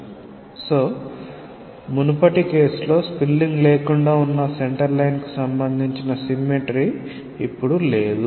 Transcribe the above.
కాబట్టి మునుపటి కేసులో స్పిల్లింగ్ లేకుండా ఉన్న సెంటర్ లైన్ కు సంబంధించిన సిమ్మెట్రి ఇప్పుడు లేదు